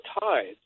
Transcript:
tides